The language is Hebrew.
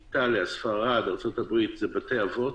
באיטליה, בספרד ובארצות-הברית הם בבתי-אבות.